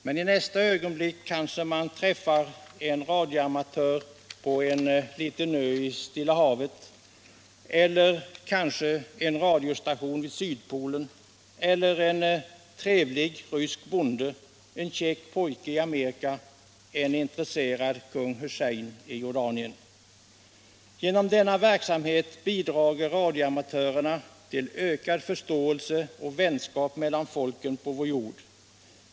Men i nästa ögonblick kanske man träffar en radioamatör på en liten ö i Stilla havet eller kanske på en radiostation vid Sydpolen — eller en trevlig rysk bonde, en käck pojke i Amerika, kanske rent av en intresserad kung Hussein i Jordanien. Genom denna verksamhet bidrar radioamatörerna till ökad förståelse och vänskap mellan folken på vår jord.